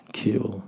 kill